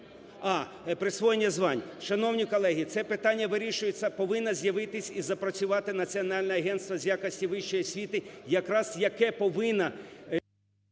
Присвоєння звань. Шановні колеги, це питання вирішується, повинне з'явитись і запрацювати Національне агентство з якості вищої освіти якраз яке повинне…